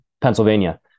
Pennsylvania